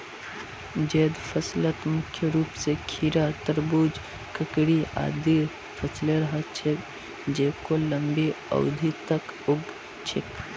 जैद फसलत मुख्य रूप स खीरा, तरबूज, ककड़ी आदिर फसलेर ह छेक जेको लंबी अवधि तक उग छेक